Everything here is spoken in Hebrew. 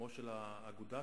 גם בתוקף תפקידך כיושב-ראש אגודת